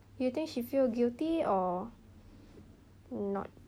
do you think she feel guilty or not